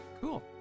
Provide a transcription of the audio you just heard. Cool